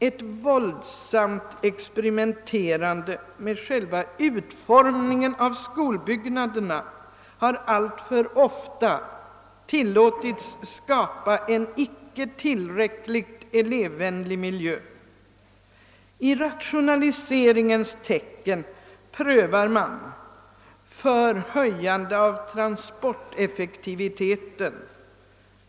Ett våldsamt experimenterande med själva utformningen av skolbyggnaderna har ofta resulterat i en icke tillräckligt elevvänlig miljö. I rationaliseringens tecken prövar man — för höjande av transporteffektiviteten!